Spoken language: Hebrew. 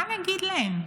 מה נגיד להם?